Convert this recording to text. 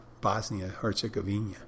Bosnia-Herzegovina